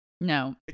no